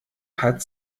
hat